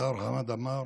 השר חמד עמאר,